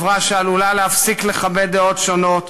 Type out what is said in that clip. חברה שעלולה להפסיק לכבד דעות שונות,